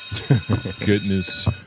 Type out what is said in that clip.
Goodness